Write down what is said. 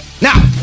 Now